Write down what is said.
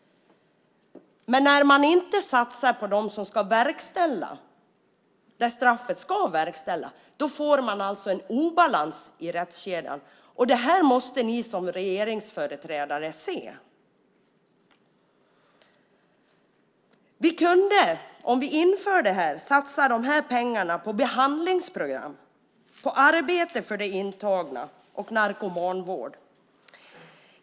Men när man inte satsar på dem som arbetar där straffen ska verkställas får man en obalans i rättskedjan. Det här måste ni som regeringsföreträdare se. Vi kunde om vi införde detta satsa dessa pengar på behandlingsprogram, på arbete för de intagna och på narkomanvård.